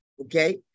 Okay